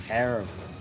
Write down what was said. Terrible